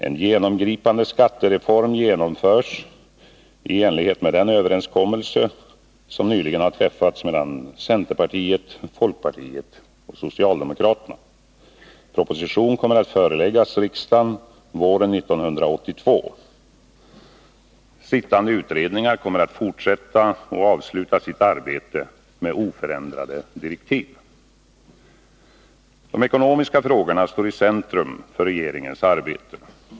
En genomgripande skattereform genomförs i enlighet med den överenskommelse som nyligen har träffats mellan centerpartiet, folkpartiet och socialdemokraterna. Proposition kommer att föreläggas riksdagen våren 1982. Sittande utredningar kommer att fortsätta och avsluta sitt arbete med oförändrade direktiv. De ekonomiska frågorna står i centrum för regeringens arbete.